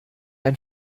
ein